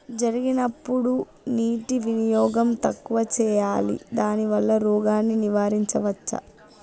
జరిగినప్పుడు నీటి వినియోగం తక్కువ చేయాలి దానివల్ల రోగాన్ని నివారించవచ్చా?